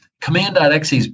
Command.exe